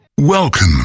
Welcome